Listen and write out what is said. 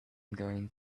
going